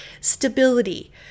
Stability